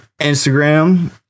Instagram